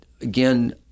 again